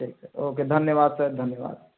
ठीक sir okay धन्यवाद sir धन्यवाद